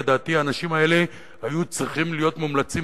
האנשים האלה היו צריכים להיות מומלצים